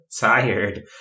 tired